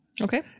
Okay